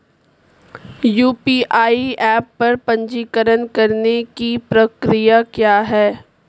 UPI app पर पंजीकरण करने की प्रक्रिया क्या है?